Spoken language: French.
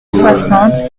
soixante